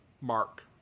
mark